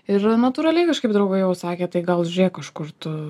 ir natūraliai kažkaip draugai jau sakė tai gal žiūrėk kažkur tu